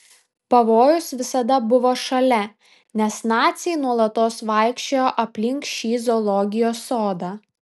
pavojus visada buvo šalia nes naciai nuolatos vaikščiojo aplink šį zoologijos sodą